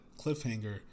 cliffhanger